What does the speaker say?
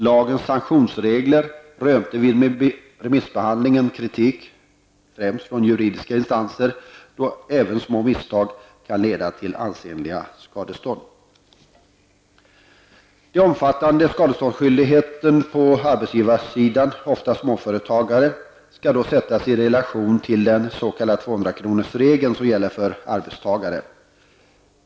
Lagens sanktionsregler rönte vid remissbehandlingen kritik, främst från juridiska instanser, eftersom även små misstag kan leda till ansenliga skadestånd. Den omfattande skadeståndsskyldigheten på arbetsgivarsidan, ofta för småföretagare, skall sättas i relation till den s.k. 200-kronorsregeln som gäller för arbetstagare.